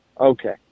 Okay